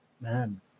man